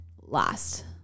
last